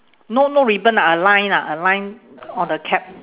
no no ribbon lah a line lah a line on a cap